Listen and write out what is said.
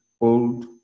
old